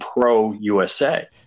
pro-USA